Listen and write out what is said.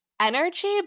energy